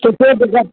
सुबी ॾिजाइ